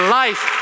life